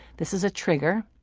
this is a trigger,